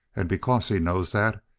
and because he knows that,